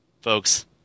folks